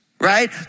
Right